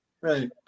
Right